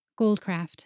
Goldcraft